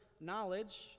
knowledge